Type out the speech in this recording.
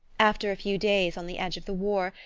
after a few days on the edge of the war,